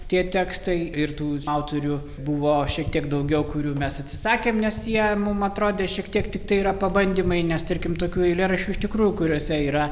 tie tekstai ir tų autorių buvo šiek tiek daugiau kurių mes atsisakėm nes jie mums atrodė šiek tiek tiktai yra pabandymai nes tarkim tokių eilėraščių iš tikrųjų kuriuose yra